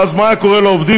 ואז מה היה קורה לעובדים?